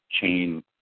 chain